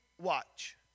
watch